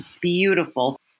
beautiful